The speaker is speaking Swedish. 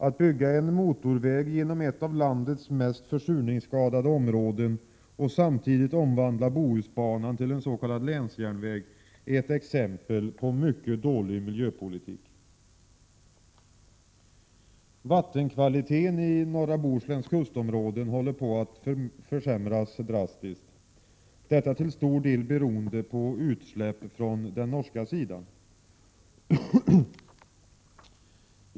Att bygga en motorväg genom ett av landets mest försurningsskadade områden och samtidigt omvandla Bohusbanan till en s.k. länsjärnväg är en mycket dålig miljöpolitik. Vattenkvaliteten i norra Bohusläns kustområden håller på att försämras drastiskt. Detta beror till stor del på utsläpp från den norska sidan.